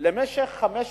למשך חמש שנים,